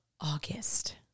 august